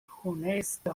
honesta